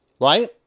Right